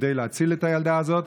כדי להציל את הילדה הזאת.